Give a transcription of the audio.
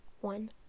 one